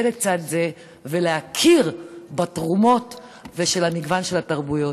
לצד זה ולהכיר בתרומה ובמגוון התרבויות.